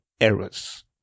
errors